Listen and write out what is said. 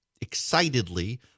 excitedly